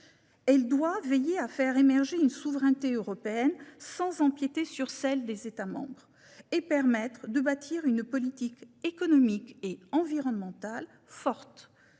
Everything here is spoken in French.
Elle doit veiller à faire émerger une souveraineté européenne sans empiéter sur celle des États membres, et bâtir une politique économique et environnementale forte.